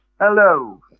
Hello